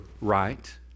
right